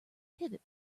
pivot